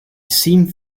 seemed